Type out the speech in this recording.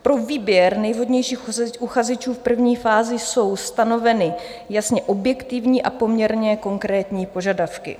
Pro výběr nejvhodnějších uchazečů v první fázi jsou stanoveny jasně objektivní a poměrně konkrétní požadavky.